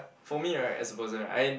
for me right as a person right I